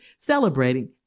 celebrating